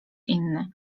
inny